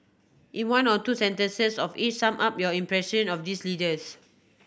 in one or two sentences of each sum up your impression of these leaders